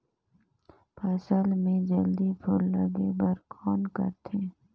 फसल मे जल्दी फूल लगे बर कौन करथे?